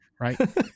right